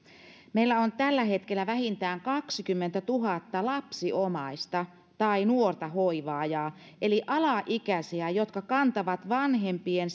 meillä on tällä hetkellä vähintään kaksikymmentätuhatta lapsiomaista tai nuorta hoivaajaa eli alaikäisiä jotka kantavat vanhempien